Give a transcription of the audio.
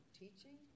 teaching